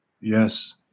Yes